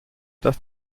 dass